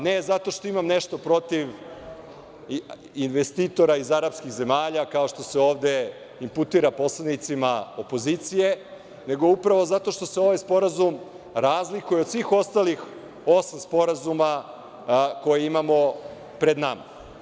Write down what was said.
Ne zato što imam nešto protiv investitora iz arapskih zemalja, kao što se ovde imputira poslanicima opozicije, nego upravo zato što se ovaj sporazum razlike od svih ostalih osam sporazuma koje imamo pred nama.